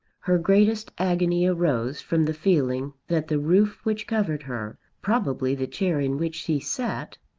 her greatest agony arose from the feeling that the roof which covered her, probably the chair in which she sat,